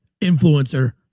influencer